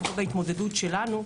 לפחות בהתמודדות שלנו,